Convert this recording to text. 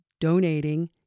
donating